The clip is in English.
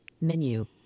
Menu